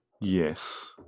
Yes